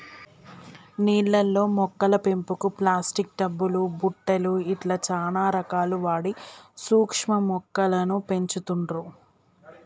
నీళ్లల్ల మొక్కల పెంపుకు ప్లాస్టిక్ టబ్ లు బుట్టలు ఇట్లా చానా రకాలు వాడి సూక్ష్మ మొక్కలను పెంచుతుండ్లు